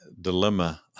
dilemma